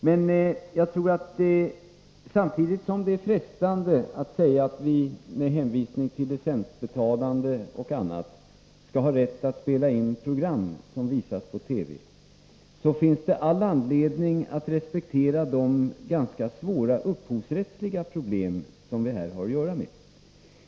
Men samtidigt som det är frestande att säga att vi med hänvisning till licensbetalande och annat skall ha rätt att spela in program som visas på TV, finns det all anledning att respektera de ganska svåra upphovsrättsliga problem som vi här har att göra med.